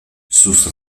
sus